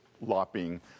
lopping